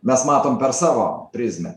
mes matom per savo prizmę